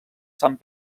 sant